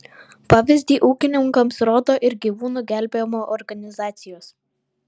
pavyzdį ūkininkams rodo ir gyvūnų gelbėjimo organizacijos